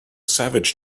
savage